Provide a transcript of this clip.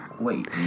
Wait